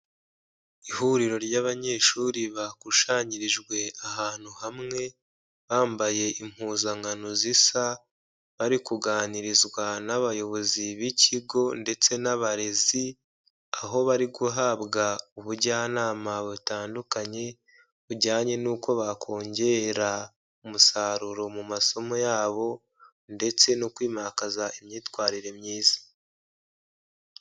Ihuriro ry'abanyeshuri bakusanyirijwe ahantu hamwe, bambaye impuzankano zisa, bari kuganirizwa n'abayobozi b'ikigo ndetse n'abarezi, aho bari guhabwa ubujyanama butandukanye bujyanye n'uko bakongera umusaruro mu masomo yabo ndetse no kwimakaza imyitwarire myiza.